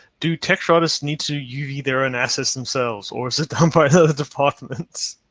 do texture artists need to use either an assess themselves or is it done by other departments?